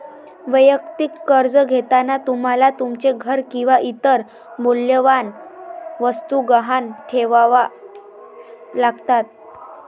वैयक्तिक कर्ज घेताना तुम्हाला तुमचे घर किंवा इतर मौल्यवान वस्तू गहाण ठेवाव्या लागतात